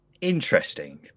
interesting